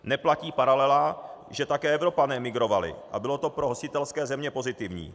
Neplatí paralela, že také Evropané migrovali a bylo to pro hostitelské země pozitivní.